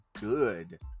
good